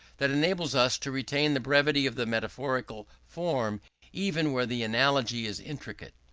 that enables us to retain the brevity of the metaphorical form even where the analogy is intricate.